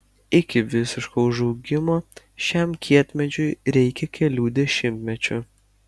iki visiško užaugimo šiam kietmedžiui reikia kelių dešimtmečių